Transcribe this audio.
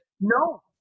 no